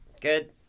Good